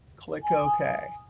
click ok.